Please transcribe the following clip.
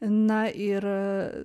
na ir